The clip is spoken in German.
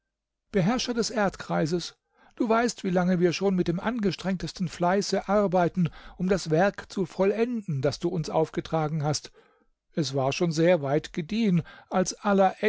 beherrscher des erdkreises du weißt wie lange wir schon mit dem angestrengtesten fleiße arbeiten um das werk zu vollenden das du uns aufgetragen hast es war schon sehr weit gediehen als